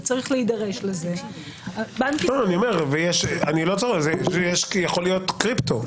וצריך להידרש לזה --- אני אומר שזה יכול להיות קריפטו.